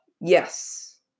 Yes